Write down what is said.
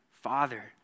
Father